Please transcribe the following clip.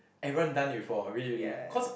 everyone done it before really really cause